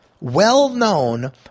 well-known